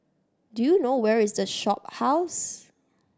do you know where is The Shophouse